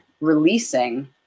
releasing